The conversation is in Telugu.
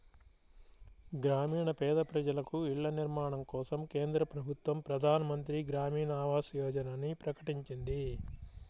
గ్రామీణ పేద ప్రజలకు ఇళ్ల నిర్మాణం కోసం కేంద్ర ప్రభుత్వం ప్రధాన్ మంత్రి గ్రామీన్ ఆవాస్ యోజనని ప్రకటించింది